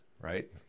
right